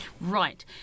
Right